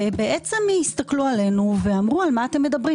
ובעצם הסתכלו עלינו ואמרו 'על מה אתם מדברים?